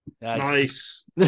Nice